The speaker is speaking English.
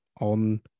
on